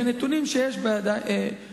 כי הנתונים שיש בידי,